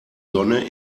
sonne